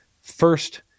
first